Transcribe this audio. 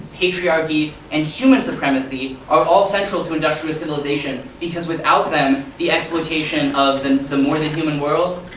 patriarchy, and human supremacy are all central to industrial civilization because without them, the exploitation of the the more-than-human world,